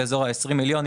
באזור 20 מיליון שקל,